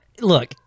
Look